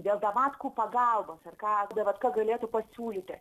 dėl davatkų pagalbos ar ką davatka galėtų pasiūlyti